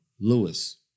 Lewis